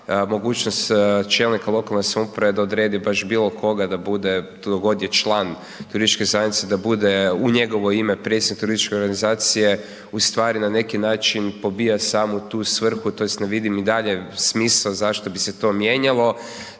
mogućnost čelnika lokalne samouprave je da odredi baš bilo koga da bude, tko god je član turističke zajednice da bude u njegovo ime predsjednik turističke organizacije, ustvari na neki način pobija samu tu svrhu, tj. ne vidim i dalje smisao zašto bi se to mijenjalo,